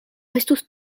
estus